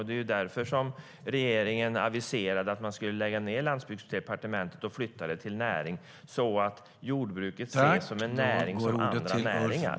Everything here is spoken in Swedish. Det var därför regeringen aviserade att man skulle lägga ned Landsbygdsdepartementet och flytta det till Näringsdepartementet, så att jordbruket ses som en näring bland andra näringar.